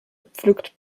pflückt